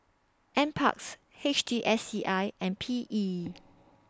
NParks H T S C I and P E